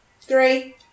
Three